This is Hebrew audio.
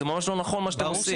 זה ממש לא נכון מה שאתם עושים.